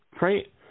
right